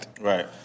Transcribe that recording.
Right